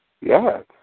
Yes